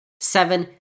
Seven